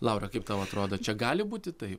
laura kaip tau atrodo čia gali būti taip